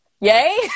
yay